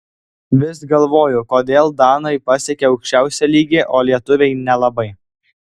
vis galvoju kodėl danai pasiekią aukščiausią lygį o lietuviai nelabai